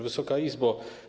Wysoka Izbo!